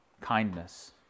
kindness